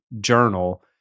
Journal